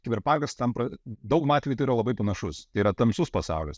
kiberpankas tampa dauguma atvejų yra labai panašus yra tamsus pasaulis